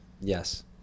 Yes